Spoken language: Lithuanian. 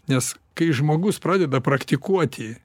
nes kai žmogus pradeda praktikuoti